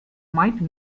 might